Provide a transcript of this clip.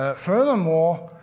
ah furthermore,